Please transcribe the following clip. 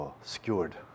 skewered